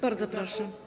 Bardzo proszę.